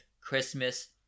Christmas